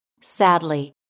Sadly